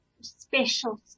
special